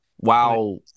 Wow